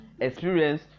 experience